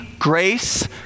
Grace